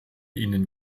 ihnen